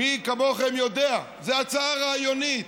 מי כמוכם יודע, זו הצעה רעיונית,